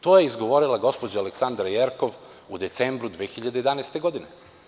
To je izgovorila gospođa Aleksandra Jerkov u decembru 2011. godine.